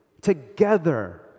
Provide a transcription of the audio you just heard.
Together